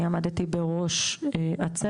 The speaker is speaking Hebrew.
אני עמדתי בראש הצוות.